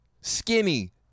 Skinny